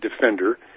defender